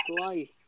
life